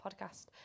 podcast